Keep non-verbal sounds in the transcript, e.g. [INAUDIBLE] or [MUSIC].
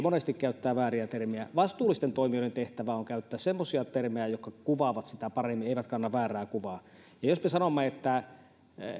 [UNINTELLIGIBLE] monesti käyttää vääriä termejä vastuullisten toimijoiden tehtävä on käyttää semmoisia termejä jotka kuvaavat sitä paremmin eivätkä anna väärää kuvaa jos me sanomme että